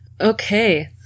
Okay